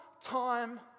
time